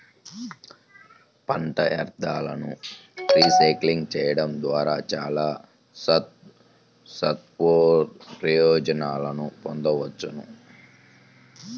పంట వ్యర్థాలను రీసైక్లింగ్ చేయడం ద్వారా చాలా సత్ప్రయోజనాలను పొందవచ్చు